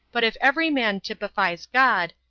but if every man typifies god,